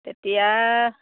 এতিয়া